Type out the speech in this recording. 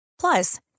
Plus